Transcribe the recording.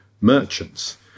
merchants